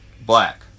Black